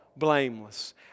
blameless